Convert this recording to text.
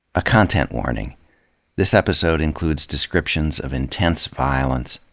a content warning this episode includes descriptions of intense violence,